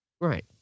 Right